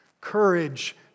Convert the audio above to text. courage